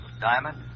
Diamond